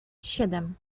siedem